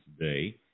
today